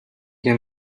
can